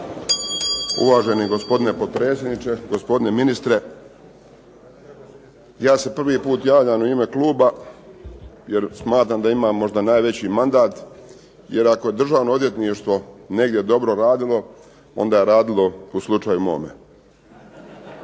Uvaženi gospodine potpredsjedniče, gospodine ministre. Ja se prvi puta javljam u ime kluba, jer smatram da imam možda najveći mandat, jer ako je Državno odvjetništvo negdje dobro radilo, onda je radilo u slučaju mome.